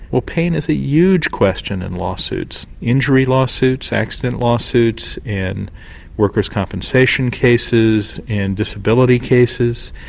well pain is a huge question in law suits. injury law suits, accident law suits, in workers' compensation cases, in disability cases.